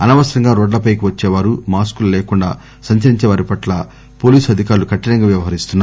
అనవసరంగా రోడ్లపైకి వచ్చే వారు మాస్కులు లేకుండా సంచరించేవారిపట్ల పోలీన్అధికారులు కఠినంగావ్యవహరిస్తున్నారు